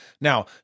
Now